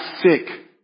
sick